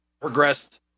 progressed